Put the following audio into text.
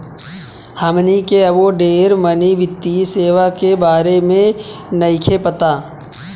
हमनी के अबो ढेर मनी वित्तीय सेवा के बारे में नइखे पता